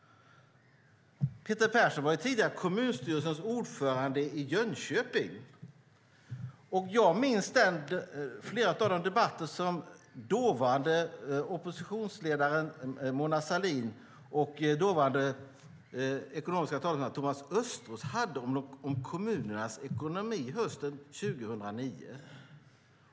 Peter Persson var tidigare kommunstyrelsens ordförande i Jönköping. Jag minns flera av de debatter som dåvarande oppositionsledaren Mona Sahlin och dåvarande ekonomiske talesmannen Thomas Östros hade hösten 2009 om kommunernas ekonomi.